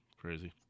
crazy